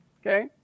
Okay